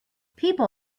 people